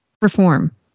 Perform